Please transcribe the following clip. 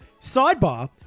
Sidebar